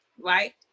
right